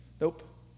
Nope